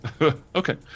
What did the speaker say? Okay